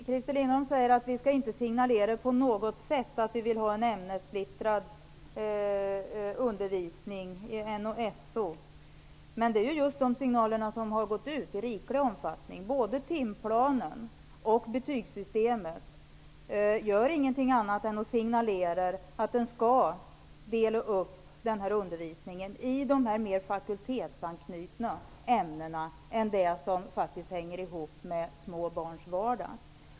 Herr talman! Christer Lindblom säger att man inte på något sätt skall ge signaler om att undervisningen skall vara splittrad i NO och SO ämnena. Men just dessa signaler har gått ut i stor omfattning. Både timplanen och betygssystemet är ingenting annat än signaler om att undervisningen skall delas upp i mer fakultetsanknutna ämnen som faktiskt inte hänger ihop med små barns vardag.